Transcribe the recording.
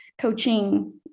coaching